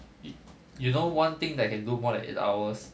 yo~ you know one thing that I can do more than eight hours